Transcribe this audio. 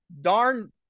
darn